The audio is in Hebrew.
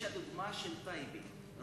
יש הדוגמה של טייבה,